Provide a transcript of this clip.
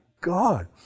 God